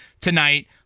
tonight